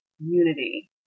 unity